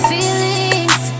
Feelings